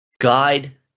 guide